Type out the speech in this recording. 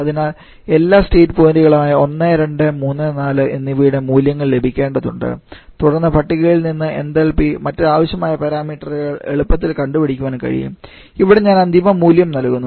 അതിനാൽ എല്ലാ സ്റ്റേറ്റ് പോയിന്റുകളായ 1 2 3 4 എന്നിവയുടെ മൂല്യങ്ങൾ ലഭിക്കേണ്ടതുണ്ട് തുടർന്ന് പട്ടികയിൽ നിന്ന് എന്തൽപി മറ്റ് ആവശ്യമായ പാരാമീറ്ററുകൾ എളുപ്പത്തിൽ കണ്ടുപിടിക്കാൻ കഴിയും ഇവിടെ ഞാൻ അന്തിമ മൂല്യം നൽകുന്നു